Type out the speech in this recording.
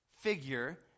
figure